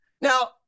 Now